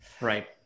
Right